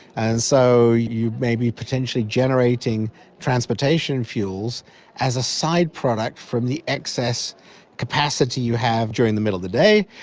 and so you may be potentially generating transportation fuels as a side product from the excess capacity you have during the middle of the day,